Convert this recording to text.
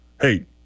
Hey